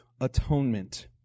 atonement